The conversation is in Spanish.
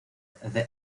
the